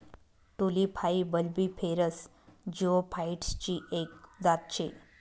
tulip हाई bulbiferous जिओफाइटसची एक जात शे